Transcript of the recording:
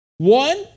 One